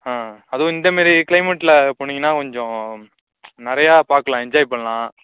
ஆ அதும் இந்தமாரி கிளைமேட்டில் போனிங்கன்னா கொஞ்சம் நிறையா பார்க்கலாம் என்ஜாய் பண்ணலாம்